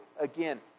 again